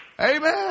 amen